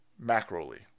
macroly